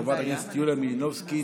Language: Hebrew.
חברת הכנסת יוליה מלינובסקי,